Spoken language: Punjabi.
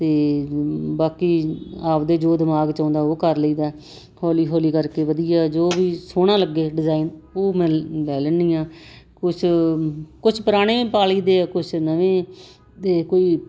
ਅਤੇ ਬਾਕੀ ਆਪਦੇ ਜੋ ਦਿਮਾਗ 'ਚ ਆਉਂਦਾ ਉਹ ਕਰ ਲਈਦਾ ਹੌਲੀ ਹੌਲੀ ਕਰਕੇ ਵਧੀਆ ਜੋ ਵੀ ਸੋਹਣਾ ਲੱਗੇ ਡਿਜ਼ਾਇਨ ਉਹ ਮੈਂ ਲੈ ਲੈਂਦੀ ਹਾਂ ਕੁਛ ਕੁਛ ਪੁਰਾਣੇ ਵੀ ਪਾ ਲਈ ਦੇ ਕੁਛ ਨਵੇਂ ਅਤੇ ਕੋਈ